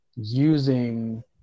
using